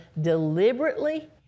deliberately